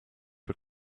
for